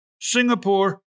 Singapore